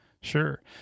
sure